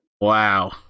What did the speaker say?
Wow